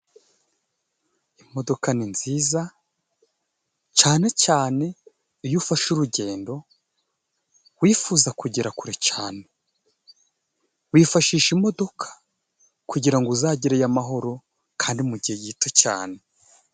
Imodoka ni nziza, cyane cyane iyo ufashe urugendo, wifuza kugera kure cane. Wifashisha imodoka kugirango uzagere yo amahoro, kandi mugihe gito cyane.